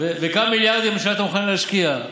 וכמה מיליארדים הממשלה הייתה מוכנה להשקיע.